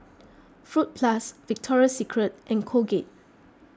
Fruit Plus Victoria Secret and Colgate